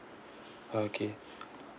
okay